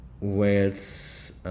Wales